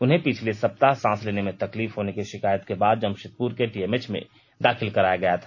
उन्हें पिछले सप्ताह सांस लेने में तकलीफ होने की शिकायत के बाद जमशेदपुर के टीएमएच में दाखिल कराया गया था